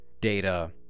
data